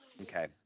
Okay